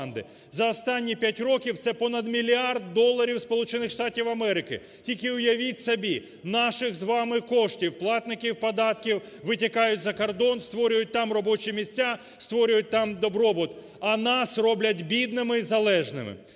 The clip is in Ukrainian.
За останні 5 років це понад мільярд доларів Сполучених Штатів Америки. Тільки уявіть собі, наших з вами коштів, платників податків витікають за кордон, створюють там робочі місця, створюють там добробут, а нас роблять бідними і залежними.